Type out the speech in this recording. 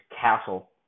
castle